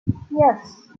yes